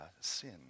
sin